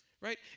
Right